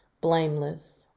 blameless